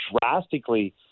drastically